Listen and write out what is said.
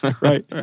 Right